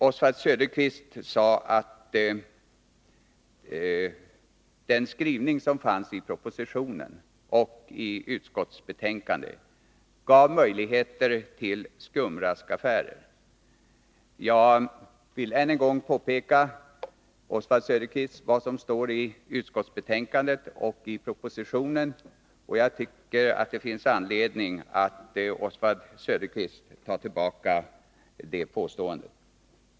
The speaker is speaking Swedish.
Oswald Söderqvist sade, att den skrivning som finns i propositionen och utskottsbetänkandet ger möjligheter till skumraskaffärer. Jag vill än en gång påpeka, Oswald Söderqvist, vad som står i utskottsbetänkandet och i propositionen, och jag tycker att det finns anledning för Oswald Söderqvist att ta tillbaka det påståendet.